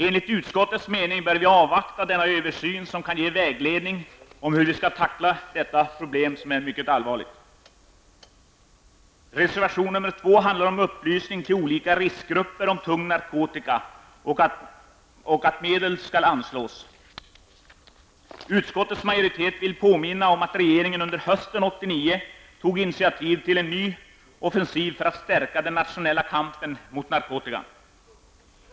Enligt utskottets mening bör vi avvakta denna översyn, som kan ge vägledning om hur vi skall tackla detta problem, som är mycket allvarligt. Reservation nr 2 handlar om upplysning om tung narkotika till olika riskgrupper samt om att medel skall anslås. Utskottsmajorit vill påminna om regeringen under hösten 1989 tog initiativ till en ny offensiv för att stärka den nationella kampen mot narkotika.